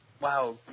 wow